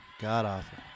god-awful